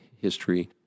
history